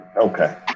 okay